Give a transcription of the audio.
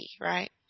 right